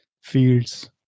fields